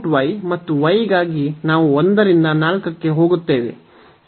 ಇಲ್ಲಿ 2√y ಮತ್ತು y ಗಾಗಿ ನಾವು 1 ರಿಂದ 4 ಕ್ಕೆ ಹೋಗುತ್ತೇವೆ